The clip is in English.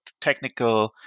technical